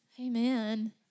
Amen